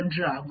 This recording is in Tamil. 1 ஆகும்